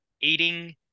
eating